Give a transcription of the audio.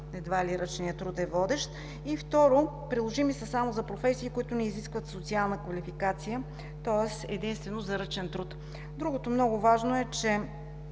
едва ли ръчният труд е водещ. Второ, приложими са само за професии, които не изискват социална квалификация, тоест единствено за ръчен труд. Другото много важно е, че